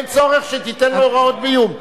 ואין צורך שתיתן לו הוראות בִּיוּם.